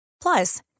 Plus